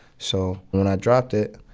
so when i dropped it,